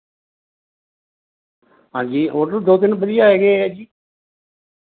ਹਾਂਜੀ ਹੋਟਲ ਦੋ ਤਿੰਨ ਵਧੀਆ ਹੈਗੇ ਹੈ ਜੀ